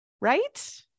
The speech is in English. Right